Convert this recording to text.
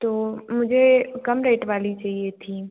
तो मुझे कम रेट वाली चाहिए थी